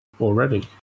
already